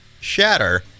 Shatter